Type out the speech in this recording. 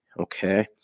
okay